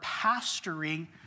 pastoring